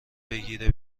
بگیره